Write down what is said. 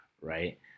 right